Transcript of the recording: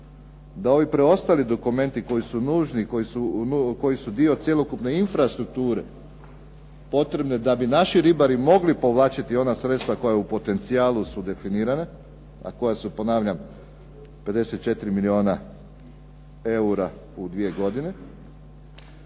da ovi preostali dokumenti koji su nužni i koji su dio cjelokupne infrastrukture potrebne da bi naši ribari mogli povlačiti ona sredstva koja u potencijalu su definirana, a koja su ponavljam 54 milijuna eura u dvije godine,